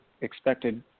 expected